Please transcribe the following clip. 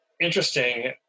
interesting